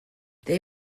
they